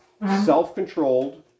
self-controlled